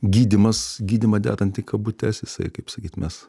gydymas gydymą dedant į kabutes jisai kaip sakyt mes